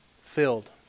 filled